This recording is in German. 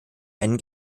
einen